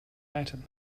item